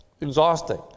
exhausting